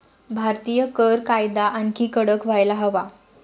भारतीय कर कायदा आणखी कडक व्हायला हवा